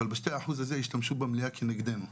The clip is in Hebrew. אבל ב-2% הזה השתמשו במליאה כנגדנו.